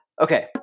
Okay